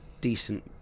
decent